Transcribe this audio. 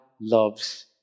loves